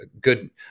good